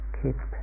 keep